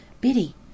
Biddy